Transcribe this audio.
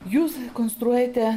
jūs konstruojate